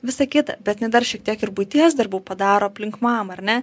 visa kita bet jinai dar šiek tiek ir buities darbų padaro aplink mamą ar ne